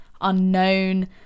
unknown